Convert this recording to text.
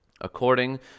According